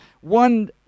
one